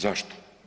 Zašto?